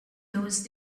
those